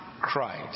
cried